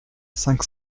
cinq